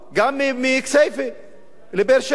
גם מכסייפה לבאר-שבע.